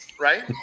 Right